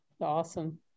Awesome